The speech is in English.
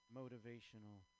motivational